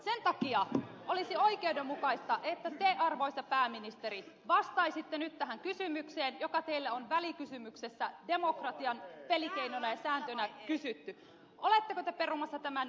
sen takia olisi oikeudenmukaista että te arvoisa pääministeri vastaisitte nyt tähän kysymykseen joka teiltä on välikysymyksessä demokratian pelikeinona ja sääntönä kysytty